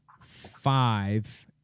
five